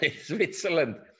Switzerland